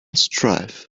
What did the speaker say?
strive